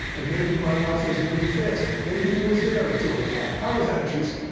and maybe my watch was a minute fast, maybe he was there at two o'clock, i was anxious,